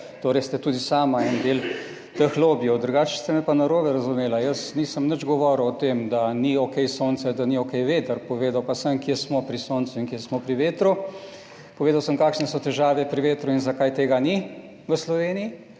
Torej ste tudi sama en del teh lobijev. Drugače ste me pa narobe razumeli. Jaz nisem nič govoril o tem, da ni okej sonce, da ni okej veter, povedal pa sem, kje smo pri soncu in kje smo pri vetru. Povedal sem, kakšne so težave pri vetru in zakaj tega ni v Sloveniji,